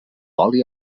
oli